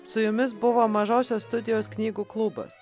su jumis buvo mažosios studijos knygų klubas